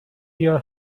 your